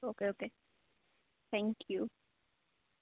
okay okay thank you